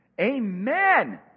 Amen